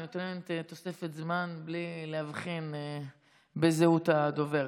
אני נותנת תוספת זמן בלי להבחין בזהות הדובר.